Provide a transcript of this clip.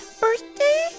birthday